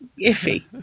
iffy